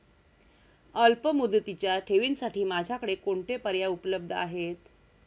अल्पमुदतीच्या ठेवींसाठी माझ्याकडे कोणते पर्याय उपलब्ध आहेत?